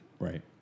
Right